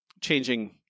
Changing